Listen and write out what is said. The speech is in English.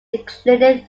including